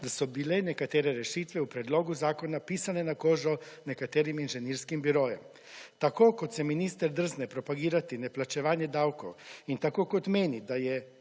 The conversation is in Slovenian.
da so bile nekatere rešitve v predlogu zakona pisane na kožo nekaterim inženirskim birojem. Tako kot se minister drzna propagirati neplačevanje davkov in tako kot meni, da je